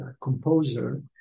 composer